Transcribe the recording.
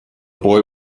boy